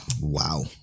Wow